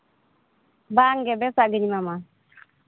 ᱵᱟᱝ ᱜᱮ ᱵᱮᱥᱟᱜ ᱜᱮᱧ ᱮᱢᱟᱢᱟ